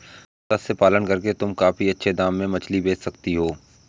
मत्स्य पालन करके तुम काफी अच्छे दाम में मछली बेच सकती हो